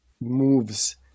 moves